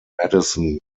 madison